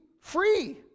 free